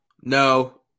No